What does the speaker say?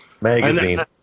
magazine